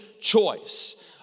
choice